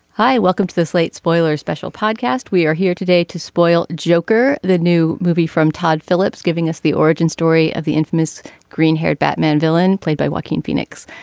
i welcome to this late spoiler special podcast we are here today to spoil joker the new movie from todd phillips giving us the origin story of the infamous green haired batman villain played by walking phoenix.